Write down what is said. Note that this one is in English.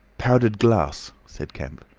powdered glass, said kemp.